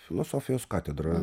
filosofijos katedra